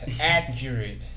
Accurate